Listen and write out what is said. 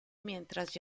mientras